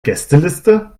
gästeliste